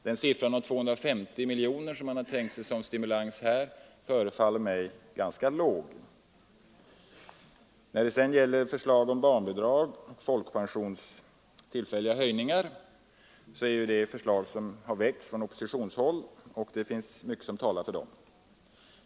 De 250 miljoner som man tänkt sig som stimulans förefaller mig vara ett ganska litet belopp. När det sedan gäller förslag om barnbidrag och tillfälliga höjningar av folkpensionen kan sägas att dessa väckts från oppositionshåll. Det finns mycket som talar för dem.